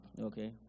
Okay